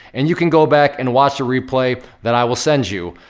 and you can go back and watch the replay that i will send you.